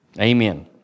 Amen